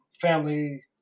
family